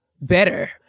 better